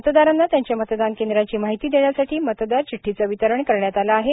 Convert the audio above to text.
मतदारांना त्यांच्या मतदान केंद्राची माहिती देण्यासाठी मतदार चिठ्ठीचं वितरण करण्यात आलं आहे